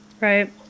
Right